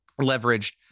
leveraged